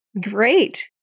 Great